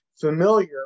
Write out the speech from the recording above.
familiar